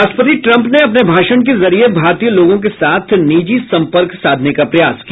राष्ट्रपति ट्रम्प ने अपने भाषण के जरिए भारतीय लोगों के साथ निजी सम्पर्क साधने का प्रयास किया